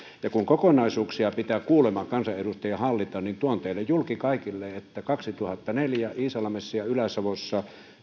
ja kun kokonaisuuksia pitää kuulemma kansanedustajan hallita niin tuon julki teille kaikille että vuonna kaksituhattaneljä iisalmessa ja ylä savossa